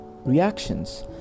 Reactions